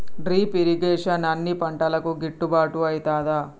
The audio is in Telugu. డ్రిప్ ఇరిగేషన్ అన్ని పంటలకు గిట్టుబాటు ఐతదా?